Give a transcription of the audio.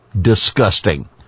Disgusting